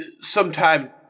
sometime